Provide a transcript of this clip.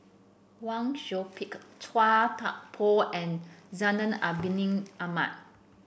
Wang Sui Pick Chua Thian Poh and Zainal Abidin Ahmad